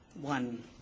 One